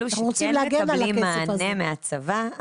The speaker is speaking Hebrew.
אלו שכן מקבלים מענה מהצבא --- אנחנו רוצים להגן על הכסף הזה.